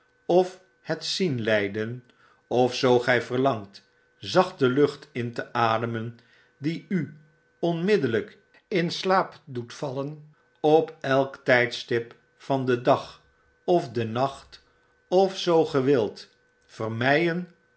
of het zien leiden of zoo gj verlangt zachte lucht in te ademen die u onmiddellp in slaap doet vallen op elk tijdstip van den dag of den nacht of zoo ge u wilt